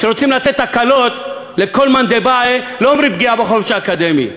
כשרוצים לתת הקלות לכל מאן דבעי לא אומרים "פגיעה בחופש האקדמי".